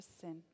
sin